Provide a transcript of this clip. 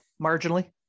Marginally